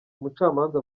umucamanza